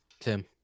Tim